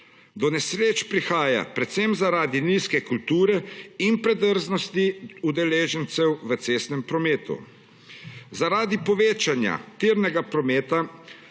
Do nesreč prihaja predvsem zaradi nizke kulture in predrznosti udeležencev v cestnem prometu. Zaradi povečanja tirnega prometa